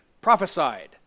prophesied